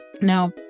Now